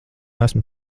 esmu